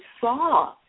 saw